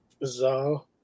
bizarre